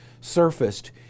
surfaced